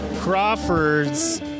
Crawford's